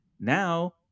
Now